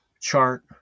chart